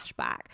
flashback